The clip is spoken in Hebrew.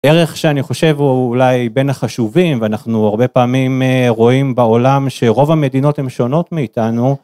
ערך שאני חושב הוא אולי בין החשובים ואנחנו הרבה פעמים אה.. רואים בעולם שרוב המדינות הם שונות מאיתנו